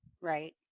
right